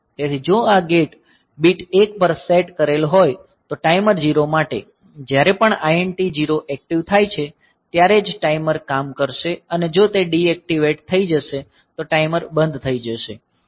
તેથી જો આ ગેટ બીટ 1 પર સેટ કરેલ હોય તો ટાઈમર 0 માટે જ્યારે પણ આ INT 0 એક્ટીવ થાય છે ત્યારે જ ટાઈમર કામ કરશે અને જો તે ડીએક્ટીવ થઈ જશે તો ટાઈમર બંધ થઈ જશે